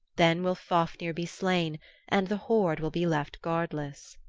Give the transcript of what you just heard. then will fafnir be slain and the hoard will be left guardless.